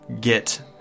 get